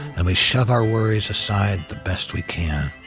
and we shove our worries aside the best we can.